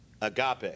agape